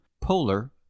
polar